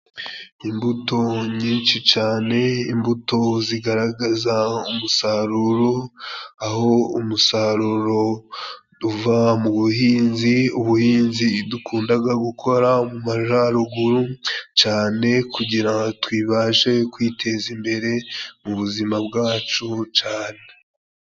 Imbuto nyinshi cane, imbuto zigaragaza umusaruro, aho umusaruro duva mu buhinzi, ubuhinzi dukundaga gukora majaruguru cane kugirango twibashe kwiteza imbere mu buzima bwacu cane.